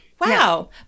wow